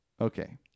Okay